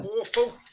awful